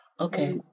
Okay